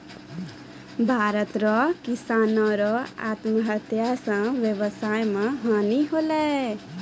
भारत रो किसानो रो आत्महत्या से वेवसाय मे हानी होलै